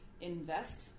invest